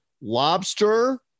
Lobster